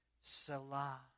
Salah